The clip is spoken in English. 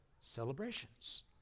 celebrations